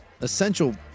essential